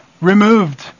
removed